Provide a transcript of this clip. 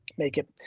make it.